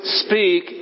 speak